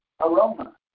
aroma